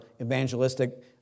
evangelistic